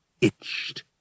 itched